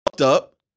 up